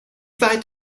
weit